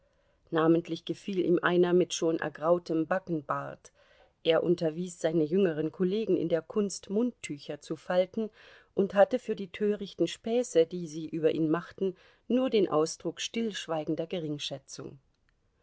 namentlich gefiel ihm einer mit schon ergrautem backenbart er unterwies seine jüngeren kollegen in der kunst mundtücher zu falten und hatte für die törichten späße die sie über ihn machten nur den ausdruck stillschweigender geringschätzung